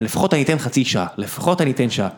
לפחות אני אתן חצי שעה, לפחות אני אתן שעה